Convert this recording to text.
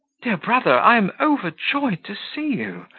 dear brother, i am overjoyed to see you!